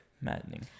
maddening